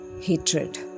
Hatred